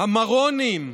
המרונים,